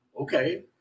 Okay